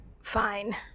Fine